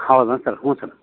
ಹೌದಾ ಸರ್ ಹ್ಞೂ ಸರ್